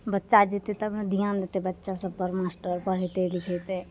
बच्चा जेतय तब ने ध्यान देतय बच्चा सभपर मास्टर पढ़ेतय लिखेतै